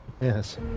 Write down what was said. Yes